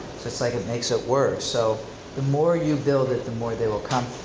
just like it makes it worse. so the more you build it, the more they will come.